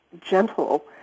gentle